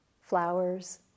flowers